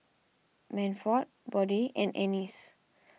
Manford Bode and Anice